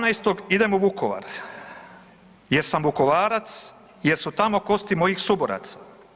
18. idem u Vukovar jer sam Vukovarac, jer su tamo kosti mojih suboraca.